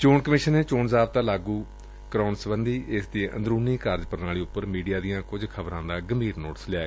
ਚੋਣ ਕਮਿਸ਼ਨ ਨੇ ਚੋਣ ਜਾਬਤਾ ਲਾਗੂ ਕਰਵਾਉਣ ਸਬੰਧੀ ਇਸ ਦੀ ਅਮਦਰੂਨੀ ਕਾਰਜ ਪ੍ਣਾਲੀ ਉਪਰ ਮੀਡੀਆ ਦੀਆਂ ਕੁਝ ਖਬਰਾਂ ਦਾ ਗੰਭੀਰ ਨੋਟਿਸ ਲਿਆ ਏ